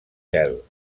gel